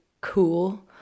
cool